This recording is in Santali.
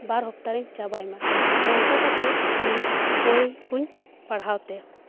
ᱵᱟᱨ ᱦᱚᱯᱛᱟᱨᱮᱧ ᱪᱟᱵᱟᱭᱢᱟ ᱱᱚᱝᱠᱟ ᱠᱟᱛᱮ ᱤᱧ ᱵᱳᱭᱠᱚᱧ ᱯᱟᱲᱦᱟᱣ ᱛᱮ